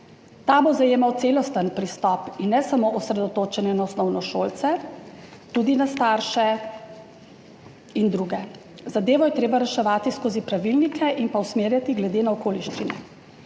Ta bo zajemala celosten pristop in ne samo osredotočenje na osnovnošolce, tudi na starše in druge. Zadevo je treba reševati skozi pravilnike in pa usmerjati glede na okoliščine.